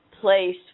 place